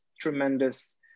tremendous